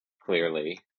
clearly